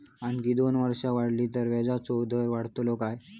आणखी दोन वर्षा वाढली तर व्याजाचो दर वाढतलो काय?